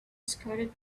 scattered